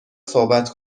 صحبت